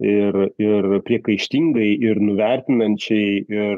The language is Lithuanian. ir ir priekaištingai ir nuvertinančiai ir